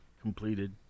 completed